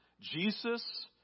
Jesus